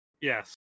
Yes